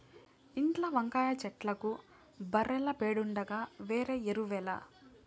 ఇంట్ల వంకాయ చెట్లకు బర్రెల పెండుండగా వేరే ఎరువేల